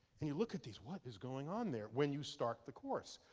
and you look at these, what is going on there? when you start the course.